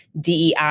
DEI